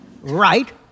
Right